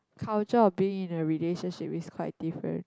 culture of being in a relationship is quite different